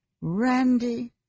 randy